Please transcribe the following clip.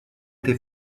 été